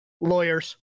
lawyers